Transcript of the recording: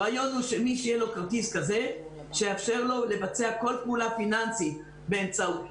מי שיהיה לו כרטיס כזה יוכל לבצע כל פעולה פיננסית באמצעותו.